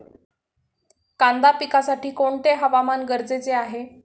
कांदा पिकासाठी कोणते हवामान गरजेचे आहे?